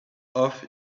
off